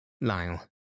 Lyle